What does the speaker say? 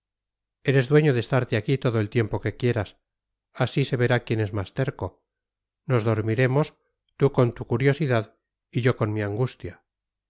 eres dueño de estarte aquí todo el tiempo que quieras así se verá quién es más terco nos dormiremos tú con tu curiosidad yo con mi angustia